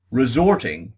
resorting